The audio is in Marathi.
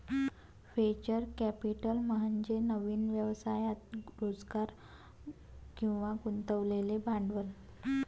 व्हेंचर कॅपिटल म्हणजे नवीन व्यवसायात रोजगार किंवा गुंतवलेले भांडवल